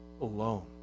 alone